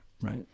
right